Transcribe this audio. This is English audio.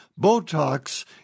Botox